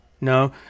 No